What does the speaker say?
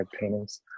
paintings